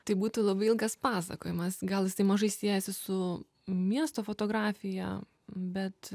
tai būtų labai ilgas pasakojimas gal jisai mažai siejasi su miesto fotografija bet